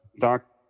doc